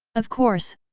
of course,